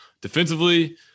defensively